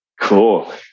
Cool